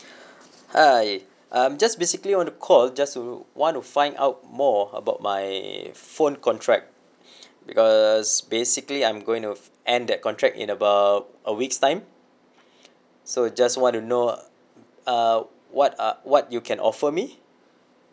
hi I'm just basically want to call just to want to find out more about my phone contract because basically I'm going to end that contract in about a weeks' time so just want to know uh what uh what you can offer me